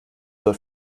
soll